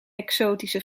exotische